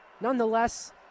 Nonetheless